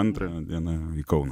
antrąją dieną į kauną